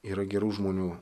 yra gerų žmonių